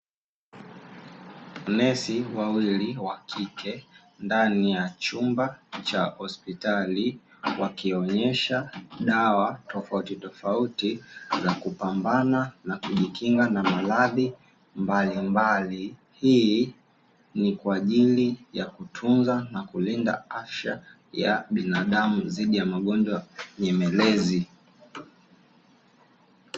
Nesi wawili wa kike ndani ya chumba cha hospitali, wakionyesha dawa tofauti tofauti za kutibu na kujikinga na maradhi mbalimbali hii ni kwa ajili ya kutunza na kulinda afya ya binadamu dhidi ya magonjwa nyemerezi.